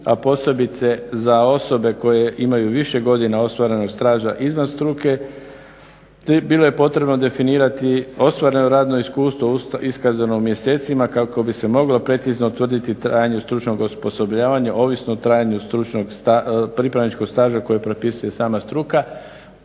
a posebice za osobe koje imaju više godina ostvarenog staža izvan struke, bilo je potrebno definirati ostvareno radno iskustvo iskazano u mjesecima kako bi se moglo precizno utvrditi trajanje stručnog osposobljavanja ovisno o trajanju pripravničkog staža koji propisuje sama struka.